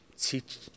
teach